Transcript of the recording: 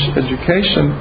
education